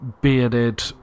bearded